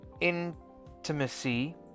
intimacy